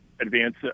advance